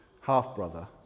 half-brother